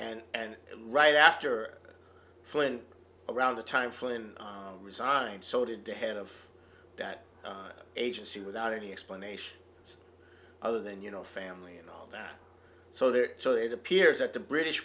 and right after flynn around the time flynn resigned so did the head of that agency without any explanation other than you know family and all that so there so it appears that the british